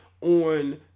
on